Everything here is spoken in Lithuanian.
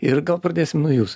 ir gal pradėsim nuo jūsų